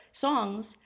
songs